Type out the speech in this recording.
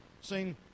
seen